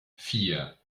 vier